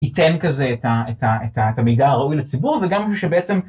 ייתן כזה את המידע הראוי לציבור וגם משהו שבעצם.